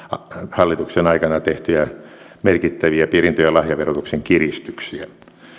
hallituksen aikana tehtyjä merkittäviä perintö ja lahjaverotuksen kiristyksiä